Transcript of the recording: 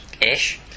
Ish